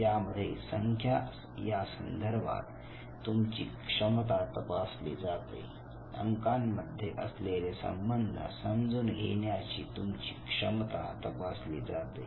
यामध्ये संख्या यासंदर्भात तुमची क्षमता तपासली जाते अंकांमध्ये असलेले संबंध समजून घेण्याची तुमची क्षमता तपासली जाते